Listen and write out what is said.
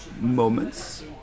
moments